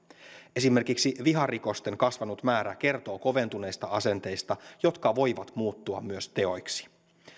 esimerkiksi viharikosten kasvanut määrä kertoo koventuneista asenteista jotka voivat muuttua myös teoiksi